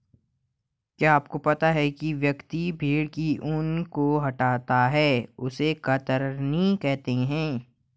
क्या आपको पता है व्यक्ति भेड़ के ऊन को हटाता है उसे कतरनी कहते है?